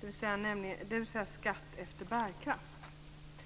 dvs. skatt efter bärkraft.